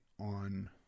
on